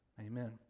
amen